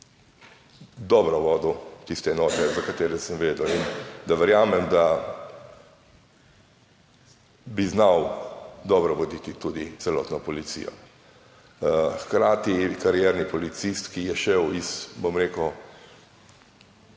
dobro vodil tiste enote, za katere sem vedel, in da verjamem, da bi znal dobro voditi tudi celotno policijo. Hkrati karierni policist, ki je šel iz, bom rekel,